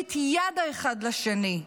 ולהושיט יד האחד לשני,